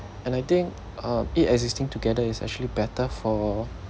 and I think uh it existing together is actually better for